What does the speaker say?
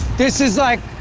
this is like